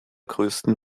größten